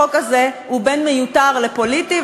החוק הזה הוא בין מיותר לפוליטי,